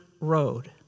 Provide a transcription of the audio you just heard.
road